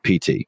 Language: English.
PT